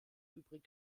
übrig